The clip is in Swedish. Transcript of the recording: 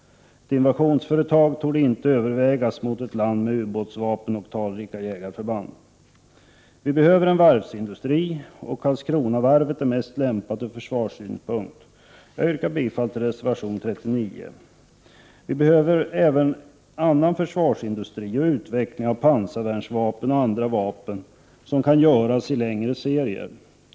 Ett invasionsföretag torde inte övervägas mot ett land med ubåtsvapen och talrika jägarförband. Vi behöver en varvsindustri. För försvarets räkning är Karlskronavarvet mest lämpat. Jag yrkar bifall till reservation 39. Vi behöver även annan försvarsindustri och utveckling av pansarvärnsvapen och andra vapen som kan göras i längre serier.